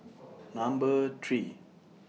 Number three